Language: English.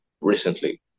recently